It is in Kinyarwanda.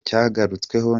cyagarutsweho